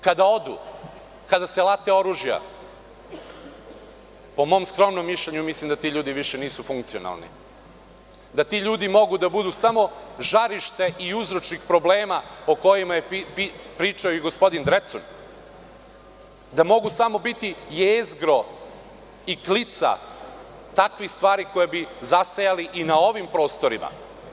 Kada odu, kada se late oružja, po mom skromnom mišljenju mislim da ti ljudi više nisu funkcionalni, da ti ljudi mogu da budu samo žarište i uzročnik problema o kojima je pričao i gospodin Drecun, da mogu biti samo jezgro i klica takvih stvari koje bi zasejali i na ovim prostorima.